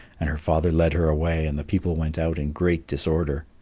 and her father led her away and the people went out in great disorder.